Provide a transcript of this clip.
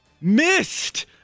missed